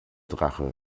drache